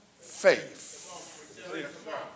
faith